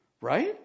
Right